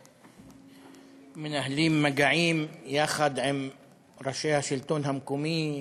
מנהלים מגעים יחד עם ראשי השלטון המקומי,